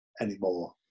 anymore